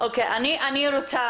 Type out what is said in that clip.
אני רוצה